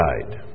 died